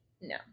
No